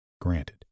Granted